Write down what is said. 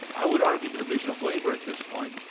i would argue the division of labor, at this point,